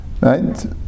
Right